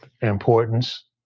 Importance